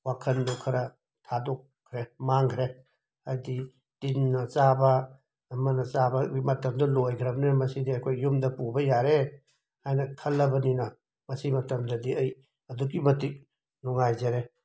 ꯋꯥꯈꯜꯗꯣ ꯈꯔ ꯊꯥꯗꯣꯛꯈ꯭ꯔꯦ ꯃꯥꯡꯈ꯭ꯔꯦ ꯍꯥꯏꯗꯤ ꯇꯤꯟꯅ ꯆꯥꯕ ꯑꯃꯅ ꯆꯥꯕ ꯃꯇꯝꯗꯨ ꯂꯣꯏꯈ꯭ꯔꯕꯅꯤꯅ ꯃꯁꯤꯗꯤ ꯑꯩꯈꯣꯏ ꯌꯨꯝꯗ ꯄꯨꯕ ꯌꯥꯔꯦ ꯍꯥꯏꯅ ꯈꯜꯂꯕꯅꯤꯅ ꯃꯁꯤ ꯃꯇꯝꯗꯗꯤ ꯑꯩ ꯑꯗꯨꯛꯀꯤ ꯃꯇꯤꯛ ꯅꯨꯡꯉꯥꯏꯖꯔꯦ